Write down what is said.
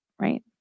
right